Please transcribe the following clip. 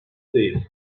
değil